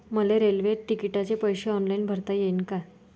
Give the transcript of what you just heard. मले रेल्वे तिकिटाचे पैसे ऑनलाईन भरता येईन का?